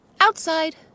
Outside